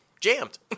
jammed